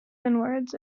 inwards